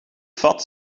vat